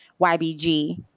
YBG